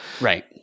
right